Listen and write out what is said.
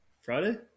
friday